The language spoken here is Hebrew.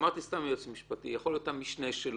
סתם אמרתי היועץ המשפטי, זה יכול להיות המשנה שלו,